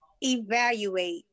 evaluate